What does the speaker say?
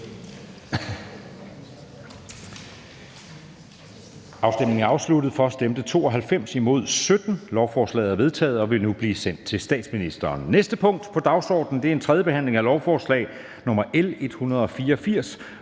hverken for eller imod stemte 0. Lovforslaget er vedtaget og vil nu blive sendt til statsministeren. --- Det næste punkt på dagsordenen er: 34) 3. behandling af lovforslag nr. L 184: